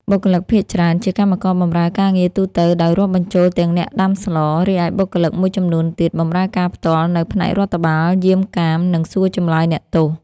បុគ្គលិកភាគច្រើន ជាកម្មករបម្រើការងារទូទៅដោយរាប់បញ្ចូលទាំងអ្នកដាំស្ល រីឯបុគ្គលិកមួយចំនួនទៀត បម្រើការផ្ទាល់នៅផ្នែករដ្ឋបាល យាមកាម និងសួរចម្លើយអ្នកទោស។